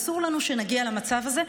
אסור לנו שנגיע למצב הזה.